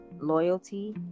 loyalty